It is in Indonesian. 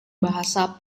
bahasa